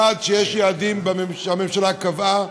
1. יש יעדים שהממשלה קבעה,